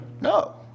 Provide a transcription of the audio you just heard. No